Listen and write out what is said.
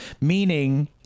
Meaning